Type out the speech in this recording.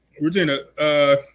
Regina